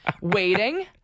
waiting